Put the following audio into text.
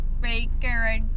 Baker